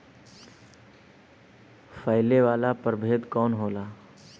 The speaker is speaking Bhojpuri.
फैले वाला प्रभेद कौन होला?